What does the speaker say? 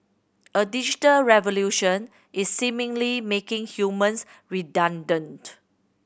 a digital revolution is seemingly making humans redundant